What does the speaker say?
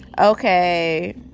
okay